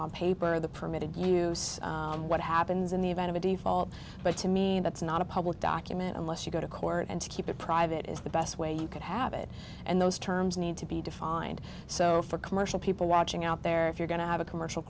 on paper the permitted use what happens in the event of a default but to me that's not a public document unless you go to court and to keep it private is the best way you could have it and those terms need to be defined so for commercial people watching out there if you're going to have a commercial